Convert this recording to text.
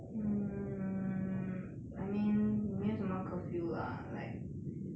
um I mean 没有什么 curfew lah like